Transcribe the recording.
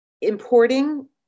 importing